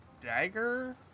dagger